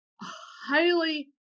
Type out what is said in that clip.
highly